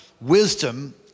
Wisdom